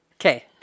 Okay